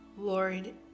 Lord